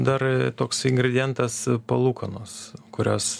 dar toks ingredientas palūkanos kurios